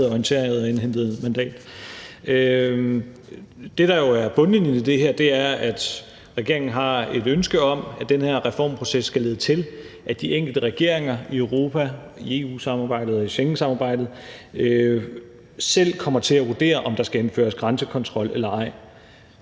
Det, der jo er bundlinjen i det her, er, at regeringen har et ønske om, at den her reformproces skal lede til, at de enkelte regeringer i Europa i EU-samarbejdet og i Schengensamarbejdet selv kommer til at vurdere, om der skal indføres grænsekontrol eller ej.